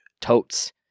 Totes